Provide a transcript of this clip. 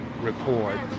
record